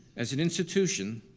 as an institution,